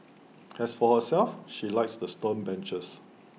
as for herself she likes the stone benches